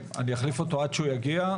עד שהוא יגיע.